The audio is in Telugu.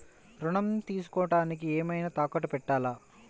ఋణం తీసుకొనుటానికి ఏమైనా తాకట్టు పెట్టాలా?